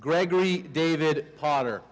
gregory david potter